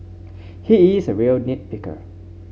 he is a real nit picker